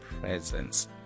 presence